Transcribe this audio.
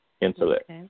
intellect